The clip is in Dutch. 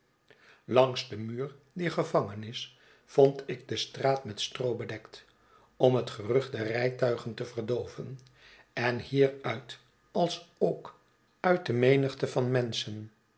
langs den muur dier gevangenis vond ik de straat met stroo bedekt om het gerucht der rijtuigen te verdooven en hieruit alsook uit de menigte van menschen